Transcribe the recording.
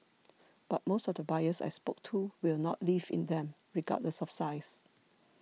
but most of the buyers I spoke to will not live in them regardless of size